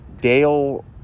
Dale